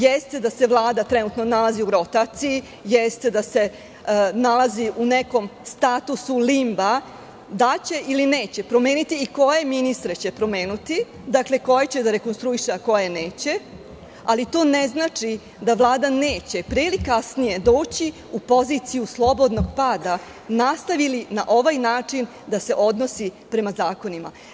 Jeste da se Vlada trenutno nalazi u rotaciji, jeste da se nalazi u nekom statusu lingua, da li će ili neće promeniti i koje ministre će promeniti, koje će da rekonstruiše, a koje neće, ali to ne znači da Vlada neće pre ili kasnije doći u poziciju slobodnog pada, nastavi li na ovaj način da se odnosi prema zakonima.